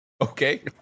Okay